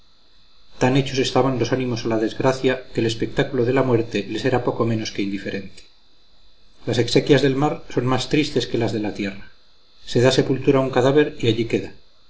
tan hechos estaban los ánimos a la desgracia que el espectáculo de la muerte les era poco menos que indiferente las exequias del mar son más tristes que las de la tierra se da sepultura a un cadáver y allí queda